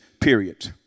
period